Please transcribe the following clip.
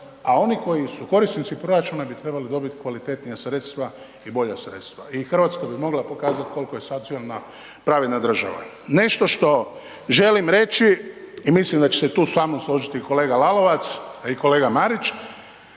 a oni koji su korisnici proračuna bi trebali dobiti kvalitetnija sredstva i bolja sredstva. I Hrvatska bi mogla pokazati koliko je socijalna, pravedna država. Nešto što želim reći i mislim da će se tu sa mnom složiti kolega Lalovac, ali i kolega Marić,